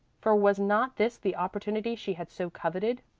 for was not this the opportunity she had so coveted?